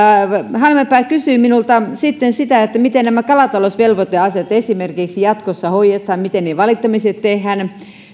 kun halmeenpää kysyi minulta sitten sitä miten esimerkiksi nämä kalatalousvelvoiteasiat jatkossa hoidetaan miten valittamiset tehdään